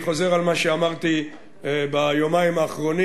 אני חוזר על מה שאמרתי ביומיים האחרונים: